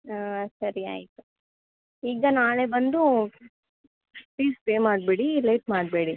ಹಾಂ ಸರಿ ಆಯಿತು ಈಗ ನಾಳೆ ಬಂದು ಫೀಸ್ ಪೇ ಮಾಡಿಬಿಡಿ ಲೇಟ್ ಮಾಡಬೇಡಿ